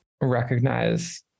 recognize